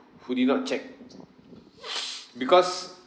who did not check because